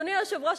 אדוני היושב-ראש,